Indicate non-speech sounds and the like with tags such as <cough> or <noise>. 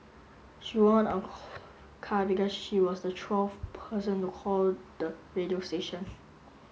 she won a <noise> car because she was the twelfth person to call the radio station <noise>